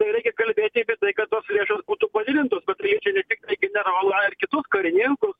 tai reikia kalbėti apie tai kad tos lėšos būtų padidintos bet tai liečia ne tiktai generolą ar kitus karininkus